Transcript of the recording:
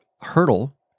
hurdle